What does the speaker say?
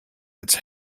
its